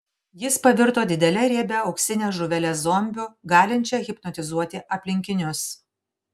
jis pavirto didele riebia auksine žuvele zombiu galinčia hipnotizuoti aplinkinius